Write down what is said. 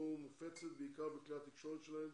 והיא מופצת בעיקר בכלי התקשורת שלהם